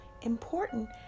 important